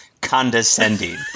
condescending